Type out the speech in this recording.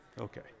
Okay